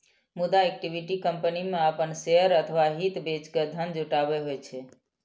मुदा equity company मे अपन शेयर अथवा हित बेच के धन जुटायब होइ छै